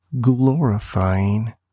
glorifying